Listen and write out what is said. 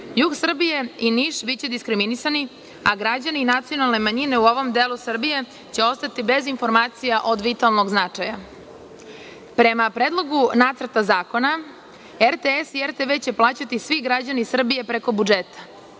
jug Srbije i Niš biće diskriminisani, a građani nacionalne manjine u ovom delu Srbije će ostati bez informacija od vitalnog značaja. Prema Predlogu nacrta zakona RTS i RTV će plaćati svi građani Srbije preko budžeta.